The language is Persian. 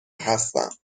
هستم